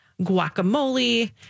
guacamole